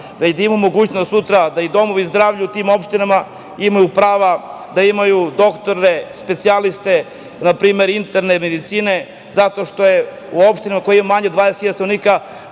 već da imaju mogućnost sutra da i domovi zdravlja u tim opštinama imaju prava, da imaju doktore, specijaliste, npr. interne medicine zato što je u opštinama koje imaju manje od 20.000